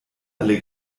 alle